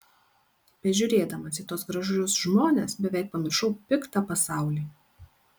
bežiūrėdamas į tuos gražius žmones beveik pamiršau piktą pasaulį